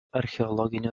archeologinių